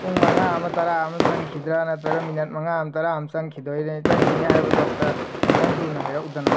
ꯄꯨꯡ ꯃꯉꯥ ꯑꯃ ꯇꯔꯥ ꯑꯃ ꯆꯪꯈꯤꯗ꯭ꯔꯥ ꯅꯠꯇ꯭ꯔꯒ ꯃꯤꯅꯠ ꯃꯉꯥꯑꯝ ꯇꯔꯥ ꯑꯝ ꯆꯪꯈꯤꯗꯣꯏꯔꯥ ꯆꯪꯈꯤꯅꯤ ꯍꯥꯏꯕꯗꯣ ꯑꯃꯇ ꯈꯤꯇꯪ ꯊꯨꯅ ꯍꯥꯏꯔꯛꯎꯗꯅ